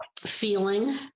feeling